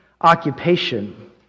occupation